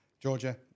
Georgia